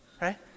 right